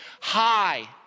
High